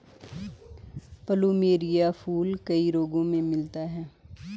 plumeria फूल कई रंगो में मिलता है